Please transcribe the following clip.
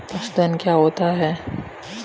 पशुधन क्या होता है?